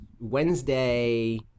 Wednesday